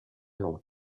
long